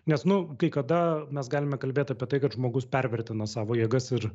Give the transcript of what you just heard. nes nu kai kada mes galime kalbėt apie tai kad žmogus pervertina savo jėgas ir